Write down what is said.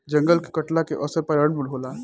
जंगल के कटला के असर पर्यावरण पर होला